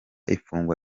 ifungwa